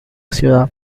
ciudad